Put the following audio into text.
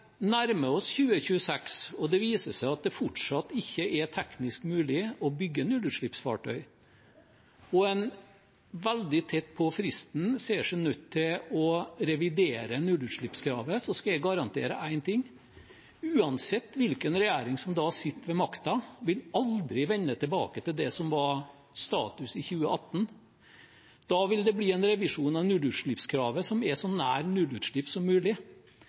oss 2026 og det viser seg at det fortsatt ikke er teknisk mulig å bygge nullutslippsfartøy, og en veldig tett på fristen ser seg nødt til å revidere nullutslippskravet, skal jeg garantere én ting: Uansett hvilken regjering som da sitter ved makta, vil en aldri vende tilbake til det som var status i 2018. Da vil det bli en revisjon av nullutslippskravet som er så nær nullutslipp som mulig.